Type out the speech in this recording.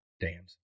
dams